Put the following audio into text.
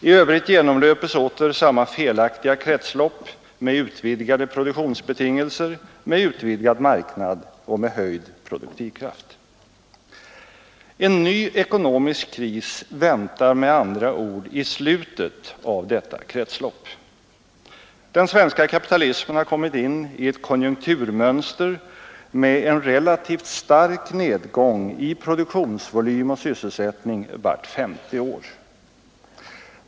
I övrigt genomlöpes åter samma felaktiga kretslopp med utvidgade produktionsbetingelser, med utvidgad marknad och med höjd produktivkraft.” En ny ekonomisk kris väntar med andra ord i slutet av detta kretslopp. Den svenska kapitalismen har kommit in i ett konjunkturmönster med en relativt stark nedgång i produktionsvolym och sysselsättning vart femte år.